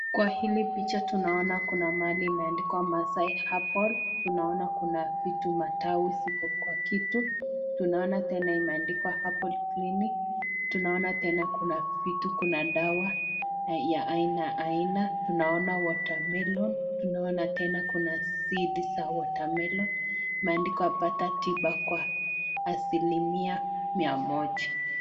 Kwa hili picha tunaona mahali ambapo imeandikwa ' Maasai Herbal' Tunaona kuna iko kwa kitu, tunaona tena imeandikwa herbal tclinic tunaona tena kuna dawa ya aina aina, tunaona watermelon , tunaona Tena kuna seeds za watermelon imeandikwa pata tiba kwa asilimia mia moja.